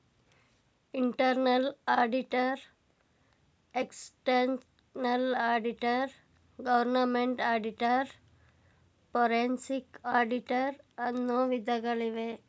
internal auditor, external auditor, government auditor, forensic auditor, ಅನ್ನು ವಿಧಗಳಿವೆ